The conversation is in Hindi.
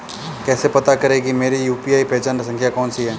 कैसे पता करें कि मेरी यू.पी.आई पहचान संख्या कौनसी है?